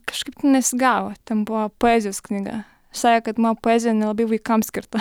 kažkaip nesigavo ten buvo poezijos knyga sakė kad mano poezija nelabai vaikams skirta